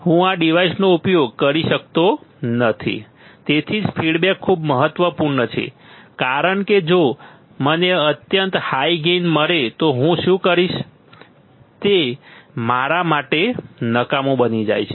હું આ ડિવાઇસનો ઉપયોગ કરી શકતો નથી તેથી જ ફીડબેક ખૂબ જ મહત્વપૂર્ણ છે કારણ કે જો મને અત્યંત હાઈ ગેઇન મળે તો હું શું કરીશ તે મારા માટે નકામુ બની જાય છે